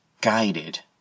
guided